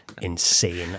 insane